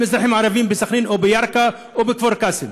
אזרחים ערבים בסח'נין או בירכא או בכפר קאסם,